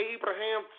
Abraham